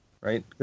Right